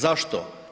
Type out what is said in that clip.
Zašto?